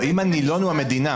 אם המתלונן הוא המדינה,